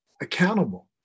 accountable